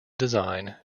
design